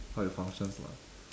how it functions lah